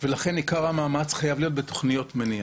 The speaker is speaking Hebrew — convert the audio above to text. ולכן עיקר מאמץ צריך להיות בתוכניות מניעה.